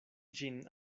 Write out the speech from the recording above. ĝin